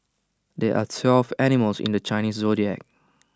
there are twelve animals in the Chinese Zodiac